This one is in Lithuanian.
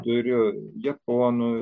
turiu japonų